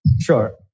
Sure